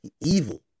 evil